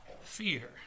fear